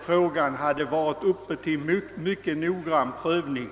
fråga varit uppe till noggrann prövning.